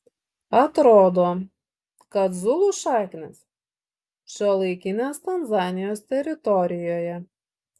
atrodo kad zulų šaknys šiuolaikinės tanzanijos teritorijoje